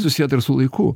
susieta ir su laiku